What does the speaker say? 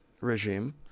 regime